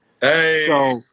hey